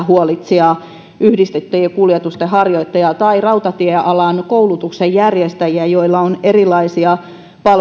huolitsijaa yhdistettyjen kuljetusten harjoittajaa tai rautatiealan koulutuksen järjestäjiä jolla on erilaisia